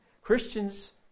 Christians